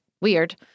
weird